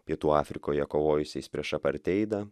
pietų afrikoje kovojusiais prieš aparteidą